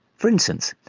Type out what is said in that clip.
for instance,